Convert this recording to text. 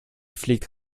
fliegt